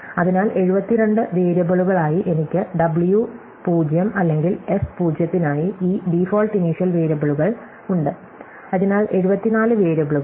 അതിനാൽ 72 വേരിയബിളുകളായി എനിക്ക് w0 അല്ലെങ്കിൽ s0 നായി ഈ ഡിഫോൾട്ട് ഇനിഷ്യേൽ വേരിയബിളുകൾ ഉണ്ട് അതിനാൽ 74 വേരിയബിളുകൾ